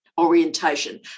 orientation